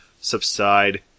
subside